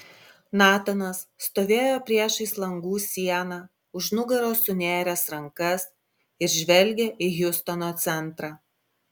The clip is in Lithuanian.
natanas stovėjo priešais langų sieną už nugaros sunėręs rankas ir žvelgė į hjustono centrą